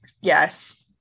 Yes